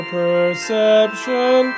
perception